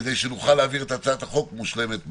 כדי שנוכל להעביר את הצעת החוק מושלמת.